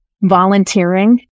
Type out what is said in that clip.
volunteering